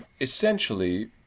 essentially